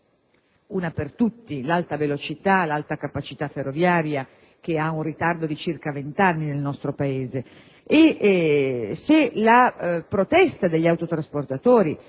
Una per tutte: l'alta capacità ferroviaria, che ha un ritardo di circa 20 anni nel nostro Paese.